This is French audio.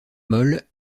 molles